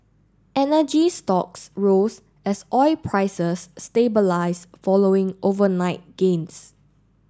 energy stocks rose as oil prices stabilised following overnight gains